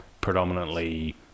predominantly